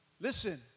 Listen